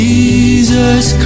Jesus